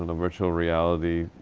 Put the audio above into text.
and virtual reality.